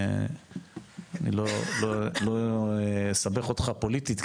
אני לא אסבך אותך פוליטית,